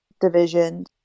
division